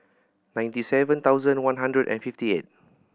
ninety seven thousand one hundred and fifty eight